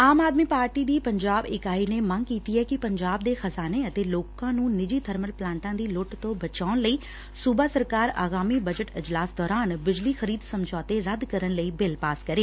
ਆਮ Aadmi party ਦੀ ਪੰਜਾਬ ਇਕਾਈ ਨੇ ਮੰਗ ਕੀਤੀ ਕਿ ਪੰਜਾਬ ਦੇ ਖ਼ਜ਼ਾਨੇ ਅਤੇ ਲੋਕਾਂ ਨੂੰ ਨਿੱਜੀ ਬਰਮਲ ਪਲਾਂਟਾਂ ਦੀ ਲੁੱਟ ਤੋਂ ਬਚਾਉਣ ਲਈ ਸੁਬਾ ਸਰਕਾਰ ਆਗਾਮੀ ਬਜਟ ਇਜਲਾਸ ਦੌਰਾਨ ਬਿਜਲੀ ਖ਼ਰੀਦ ਸਮਝੌਤੇ ਰੱਦ ਕਰਨ ਲਈ ਬਿਲ ਪਾਸ ਕਰੇ